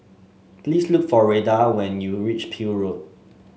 please look for Retha when you reach Peel Road